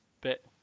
bit